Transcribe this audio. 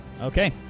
Okay